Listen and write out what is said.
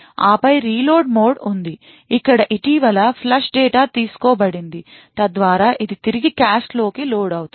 ఆపై reload mode ఉంది ఇక్కడ ఇటీవల ఫ్లష్ డేటా తీసుకోబడింది తద్వారా ఇది తిరిగి కాష్లోకి లోడ్ అవుతుంది